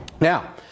Now